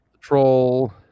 Troll